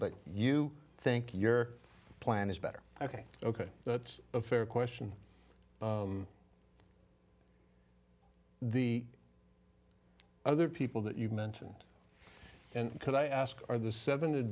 but you think your plan is better ok ok that's a fair question the other people that you mentioned could i ask are the seven a